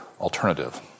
alternative